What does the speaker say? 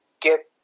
get